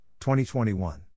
2021